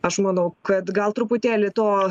aš manau kad gal truputėlį to